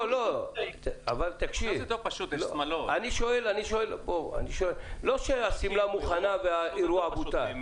בשאלה שלי אני לא מתכוון למצב שבו השמלה מוכנה והאירוע בוטל,